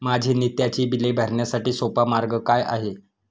माझी नित्याची बिले भरण्यासाठी सोपा मार्ग काय आहे?